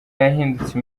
yahindutse